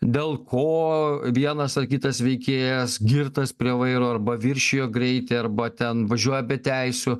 dėl ko vienas ar kitas veikėjas girtas prie vairo arba viršijo greitį arba ten važiuoja be teisių